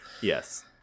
Yes